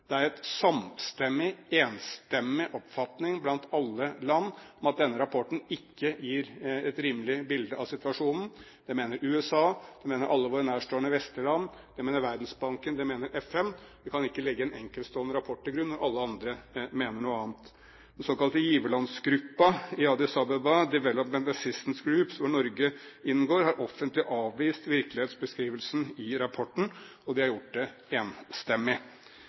ikke gir et rimelig bilde av situasjonen. Det mener USA. Det mener alle våre nærstående vestlige land. Det mener Verdensbanken. Det mener FN. Vi kan ikke legge en enkeltstående rapport til grunn når alle andre mener noe annet. Den såkalte giverlandsgruppa i Addis Abeba, Development Assistance Group, der Norge inngår, har offentlig avvist virkelighetsbeskrivelsen i rapporten, og den har gjort det enstemmig.